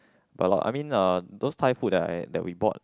but like I mean uh those Thai food that I that we bought